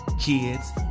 kids